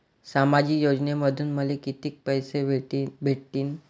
सामाजिक योजनेमंधून मले कितीक पैसे भेटतीनं?